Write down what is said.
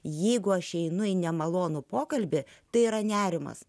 jeigu aš einu į nemalonų pokalbį tai yra nerimas